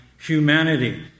humanity